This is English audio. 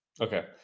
Okay